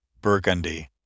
Burgundy